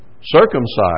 Circumcised